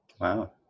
Wow